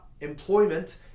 employment